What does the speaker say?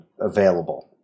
available